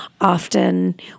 often